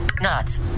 Nuts